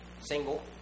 Single